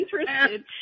interested